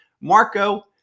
Marco